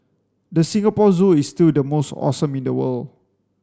the Singapore Zoo is still the most awesome in the world